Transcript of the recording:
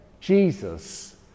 Jesus